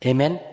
Amen